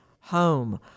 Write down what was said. home